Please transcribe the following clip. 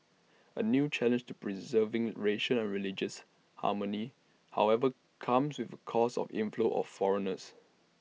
A new challenge to preserving racial and religious harmony however comes with close of inflow of foreigners